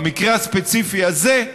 במקרה הספציפי הזה,